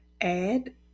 add